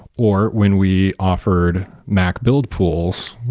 or when we offered mac build pools,